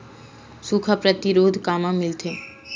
सुखा प्रतिरोध कामा मिलथे?